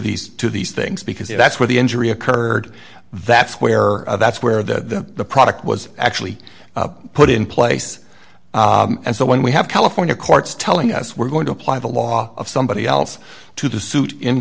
these to these things because that's where the injury occurred that's where that's where the the product was actually put in place and so when we have california courts telling us we're going to apply the law of somebody else to the suit in